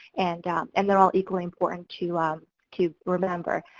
and and they are all equally important to um to remember.